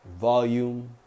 volume